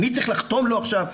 אני צריך לחתום לו עכשיו?